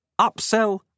Upsell